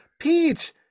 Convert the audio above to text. pete